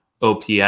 ops